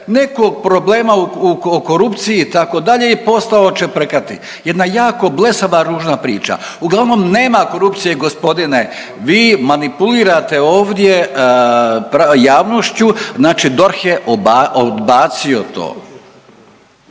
nekog problema o korupciji itd. i postao čeprkati. Jedna jako blesava, ružna priča. Uglavnom nema korupcije gospodine, vi manipulirate ovdje javnošću, znači DORH je odbacio to.